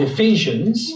Ephesians